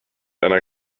einer